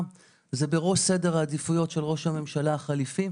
וזה בראש סדר העדיפויות של ראש הממשלה החליפי.